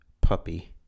puppy